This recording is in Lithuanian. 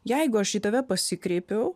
jeigu aš į tave pasikreipiau